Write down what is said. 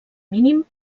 mínim